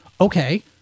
okay